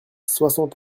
soixante